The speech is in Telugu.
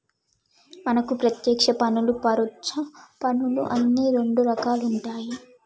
మనకు పత్యేక్ష పన్నులు పరొచ్చ పన్నులు అని రెండు రకాలుంటాయి